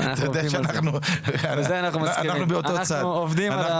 אנחנו